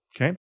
Okay